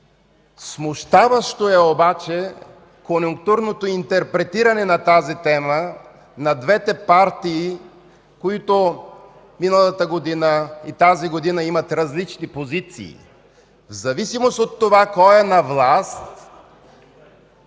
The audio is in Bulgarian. Смущаващо е обаче конюнктурното интерпретиране на тази тема от двете партии, които миналата и тази година имат различни позиции – в зависимост от това кой е на власт,